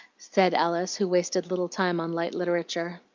said alice, who wasted little time on light literature.